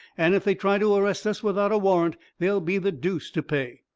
and if they try to arrest us without a warrant there'll be the deuce to pay.